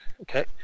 Okay